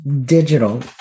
digital